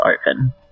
open